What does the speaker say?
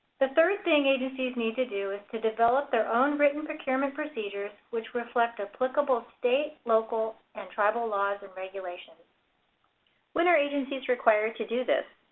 the third thing agencies need to do is to three. develop their own written procurement procedures which reflect applicable state, local, and tribal laws and regulations when are agencies required to do this?